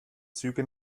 züge